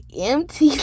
empty